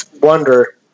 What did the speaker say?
wonder